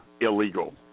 illegal